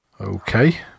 Okay